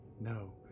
No